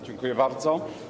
Dziękuję bardzo.